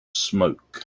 smoke